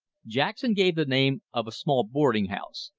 jackson gave the name of a small boarding-house.